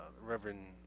Reverend